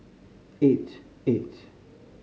eight eight